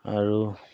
আৰু